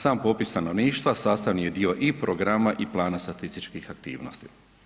Sam popis stanovništva sastavni je dio i programa i plana statističkih aktivnosti.